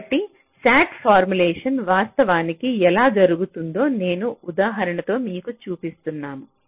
కాబట్టి SAT formulation వాస్తవానికి ఎలా జరుగుతుందో నేను ఈ ఉదాహరణతో మీకు చూపిస్తున్నాము